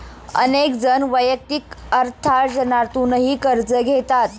अनेक जण वैयक्तिक अर्थार्जनातूनही कर्ज घेतात